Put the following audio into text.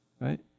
right